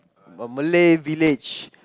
Malay village